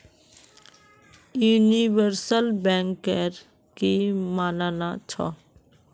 universal banker की मानना छ